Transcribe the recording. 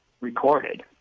recorded